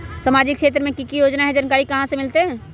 सामाजिक क्षेत्र मे कि की योजना है जानकारी कहाँ से मिलतै?